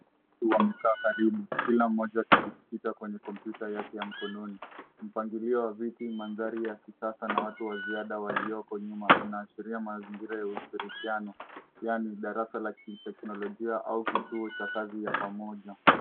Watu wamekaa karibu kila moja akijikita kwenye kompyuta yake ya mkononi mpangilio wa viti maandari ya kisasa na watu wasiada walioko nyuma vinaashiria mazingira ya hushirikiano yaani darasa ya kiteknolojia au kituo cha kazi ya pamoja.